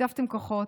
שיתפתם כוחות,